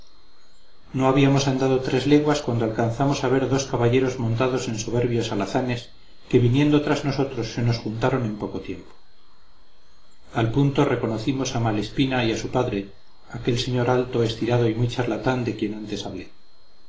no habíamos andado tres leguas cuando alcanzamos a ver dos caballeros montados en soberbios alazanes que viniendo tras nosotros se nos juntaron en poco tiempo al punto reconocimos a malespina y a su padre aquel señor alto estirado y muy charlatán de quien antes hablé